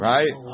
Right